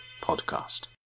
Podcast